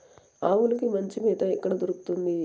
ఆవులకి మంచి మేత ఎక్కడ దొరుకుతుంది?